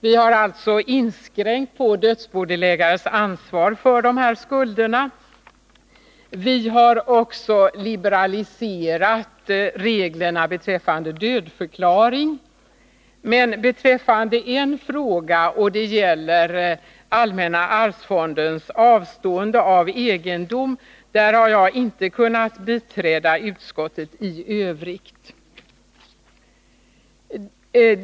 Vi har alltså inskränkt på dödsbodelägares ansvar för sådana skulder. Vi har också liberaliserat reglerna beträffande dödförklaring. I en fråga — och det gäller allmänna arvsfondens avstående av egendom — har jag inte kunnat biträda utskottet i övrigt.